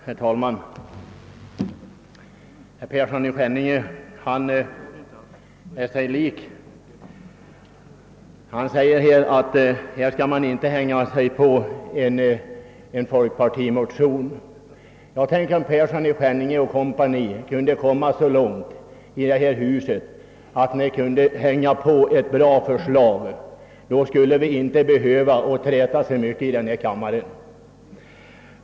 Herr talman! Herr Persson i Skänninge är sig lik. Han säger att man inte kan hänga på en folkpartimotion. Ja, tänk om herr Persson i Skänninge & Co hade kommit så långt att de kunde ansluta sig till ett bra förslag oavsett varifrån det kommer — då skulle vi inte behöva träta så mycket här i kammaren.